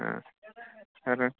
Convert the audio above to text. సరేండి